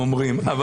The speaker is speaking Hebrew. אומרים.